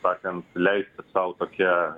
taip sakant leisti sau tokia